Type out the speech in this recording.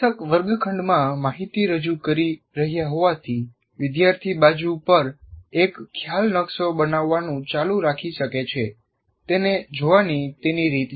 શિક્ષક વર્ગખંડમાં માહિતી રજૂ કરી રહ્યા હોવાથી વિદ્યાર્થી બાજુ પર એક ખ્યાલ નકશો બનાવવાનું ચાલુ રાખી શકે છે તેને જોવાની તેની રીત છે